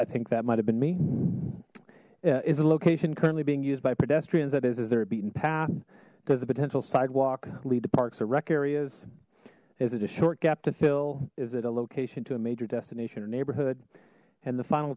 i think that might have been me is a location currently being used by pedestrians that is is there a beaten path does the potential sidewalk lead to parks or rec areas is it a short gap to fill is it a location to a major destination or neighborhood and the final